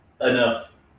enough